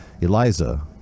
eliza